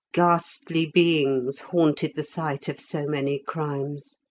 ghastly beings haunted the site of so many crimes,